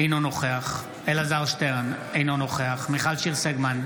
אינו נוכח אלעזר שטרן, אינו נוכח מיכל שיר סגמן,